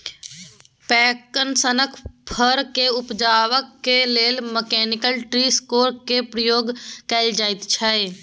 पैकन सनक फर केँ उपजेबाक लेल मैकनिकल ट्री शेकर केर प्रयोग कएल जाइत छै